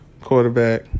quarterback